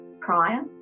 prior